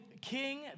king